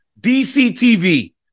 DCTV